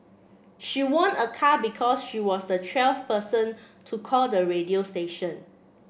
she won a car because she was the twelfth person to call the radio station